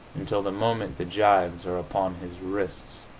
until the moment the gyves are upon his wrists.